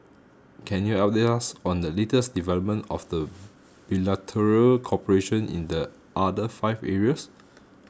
can you update us on the latest development of the bilateral cooperation in the other five areas